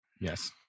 yes